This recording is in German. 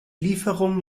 lieferung